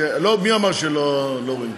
מי אמר שלא רואים?